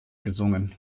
gesungen